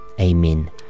Amen